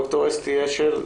ד"ר אסתי אשל,